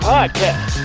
Podcast